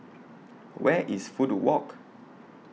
Where IS Fudu Walk